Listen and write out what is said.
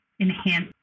enhance